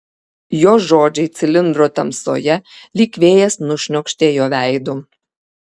jo žodžiai cilindro tamsoje lyg vėjas nušniokštė jo veidu